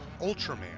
Ultraman